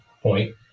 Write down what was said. point